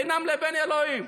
בינם לבין אלוהים.